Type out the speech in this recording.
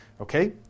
Okay